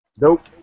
Nope